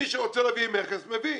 מי שרוצה להביא מכס מביא.